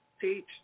Teach